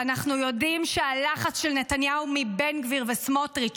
ואנחנו יודעים שהלחץ על נתניהו מבן גביר וסמוטריץ',